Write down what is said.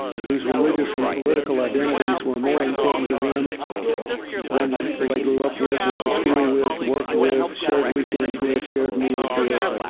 whose religious and political identities were more important to them than the people they grew up with, went to school with, worked with, shared weekends with, shared meals with.